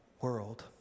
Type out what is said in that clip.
world